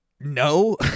No